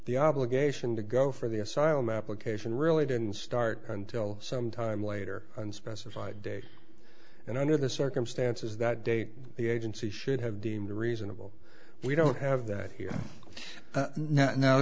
the obligation to go for the asylum application really didn't start until some time later unspecified date and under the circumstances that date the agency should have deemed reasonable we don't have that here